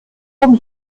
vom